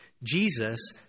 Jesus